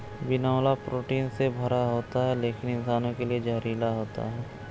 बिनौला प्रोटीन से भरा होता है लेकिन इंसानों के लिए जहरीला होता है